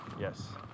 Yes